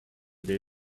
they